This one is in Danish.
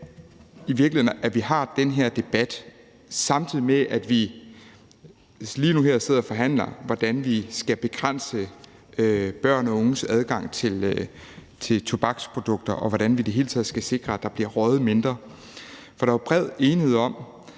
i virkeligheden undrer mig, at vi har den her debat, samtidig med at vi lige nu sidder og forhandler, hvordan vi skal begrænse børn og unges adgang til tobaksprodukter, og hvordan vi i det hele taget skal sikre, at der bliver røget mindre. For der er jo bred enighed om,